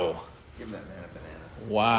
Wow